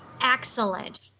excellent